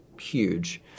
huge